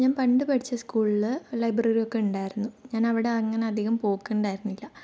ഞാൻ പണ്ട് പഠിച്ച സ്കൂളിൽ ലൈബ്രറി ഒക്കെ ഉണ്ടായിരുന്നു ഞാൻ അവിടെ അങ്ങനെ അധികം പോക്കുണ്ടായിരുന്നില്ല